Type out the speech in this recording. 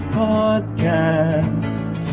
podcast